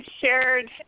shared